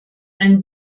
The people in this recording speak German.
ein